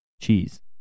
cheese